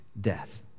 death